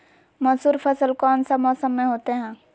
मसूर फसल कौन सा मौसम में होते हैं?